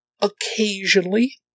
occasionally